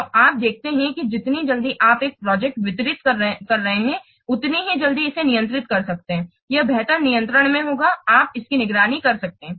तो आप देखते हैं कि जितनी जल्दी आप एक प्रोजेक्ट्स वितरित कर रहे हैं उतनी ही जल्दी इसे नियंत्रित कर सकते हैं यह बेहतर नियंत्रण में होगा आप इसकी निगरानी कर सकते हैं